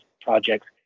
projects